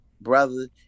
brother